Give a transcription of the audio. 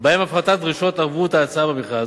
שבהם הפחתת דרישות ערבות ההצעה במכרז,